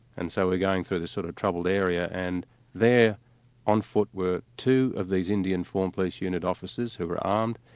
and so we're going through theissort sort of troubled area, and there on foot, were two of these indian formed police unit officers who were armed,